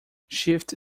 shift